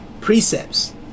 precepts